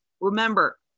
Remember